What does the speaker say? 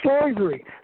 slavery